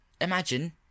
imagine